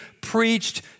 preached